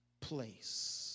place